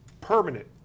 permanent